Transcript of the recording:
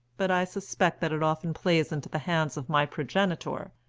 but i suspect that it often plays into the hands of my progenitor,